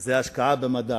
היא השקעה במדע,